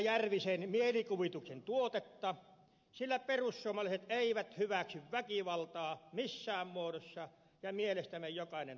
järvisen mielikuvituksen tuotetta sillä perussuomalaiset eivät hyväksy väkivaltaa missään muodossa ja mielestämme jokainen tappo on liikaa